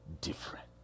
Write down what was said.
different